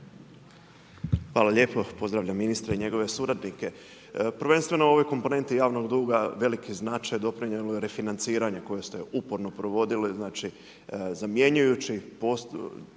Hvala lijepo. Pozdravljam ministra i njegove suradnike. Prvenstveno o ovoj komponenti javnog duga veliki značaj doprinijelo je refinanciranje koje ste uporno provodili. Znači, zamjenjujući prijašnje